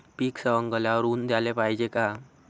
पीक सवंगल्यावर ऊन द्याले पायजे का?